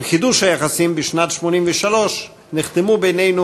עם חידוש היחסים בשנת 1983 נחתמו בינינו